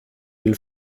den